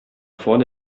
vorne